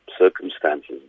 circumstances